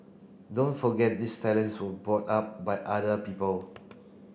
don't forget these talents were brought up by other people